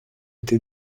été